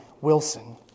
Wilson